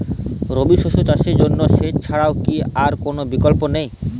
রবি শস্য চাষের জন্য সেচ ছাড়া কি আর কোন বিকল্প নেই?